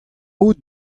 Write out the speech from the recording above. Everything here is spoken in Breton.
out